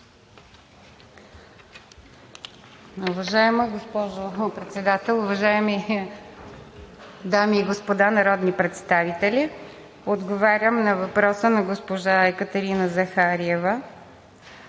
Уважаема госпожо Председател, уважаеми дами и господа народни представители! Отговарям на въпроса на госпожа Екатерина Захариева.